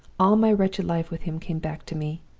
all my wretched life with him came back to me.